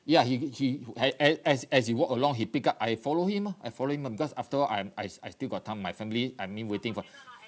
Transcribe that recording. ya he he a~ as as as he walk along he pick up I follow him lor I following him mah because after all I am I I still got time my family I mean waiting for